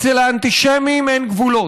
אצל האנטישמים אין גבולות.